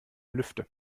lüfte